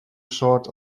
sort